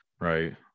right